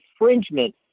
infringement